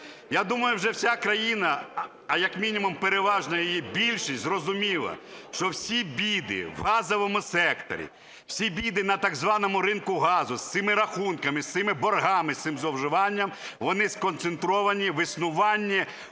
Я думаю, вже вся країна, а як мінімум переважна її більшість, зрозуміла, що всі біди в газовому секторі, всі біди на так званому ринку газу з цими рахунками, з цими боргами, з цим зловживанням, вони сконцентровані в існуванні